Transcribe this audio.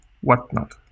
whatnot